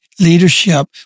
leadership